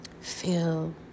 Feel